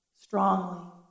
strongly